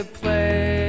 play